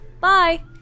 Bye